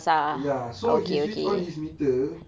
ya so he switched on his meter